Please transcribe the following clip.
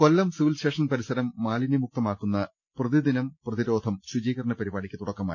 കൊല്ലം civil station പരിസരം മാലിന്യ മുക്തമാക്കുന്ന പ്രതിദിനം പ്രതിരോധം ശുചീകരണ പരിപാടിക്ക് തുടക്കമായി